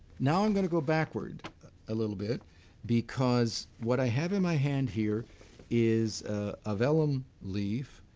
now i'm going to go backward a little bit because what i have in my hand here is a vellum leaf